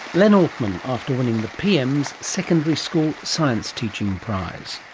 len altman after winning the pm's secondary school science teaching prize.